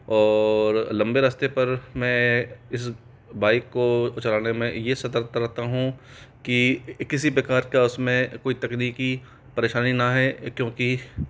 और लंबे रास्ते पर मैं इस बाइक को चलाने में ये सतर्कता रहता हूँ कि किसी प्रकार का उसमें कोई तकनीकी परेशानी ना आए क्योंकि